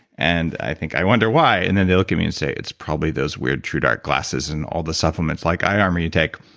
and i think, i wonder why. and they they look at me and say, it's probably those weird truedark glasses and all the supplements like eye armor you take.